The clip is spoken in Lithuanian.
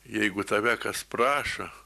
jeigu tave kas prašo